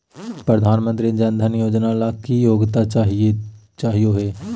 प्रधानमंत्री जन धन योजना ला की योग्यता चाहियो हे?